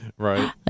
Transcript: Right